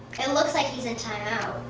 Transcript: it looks like he's in time out.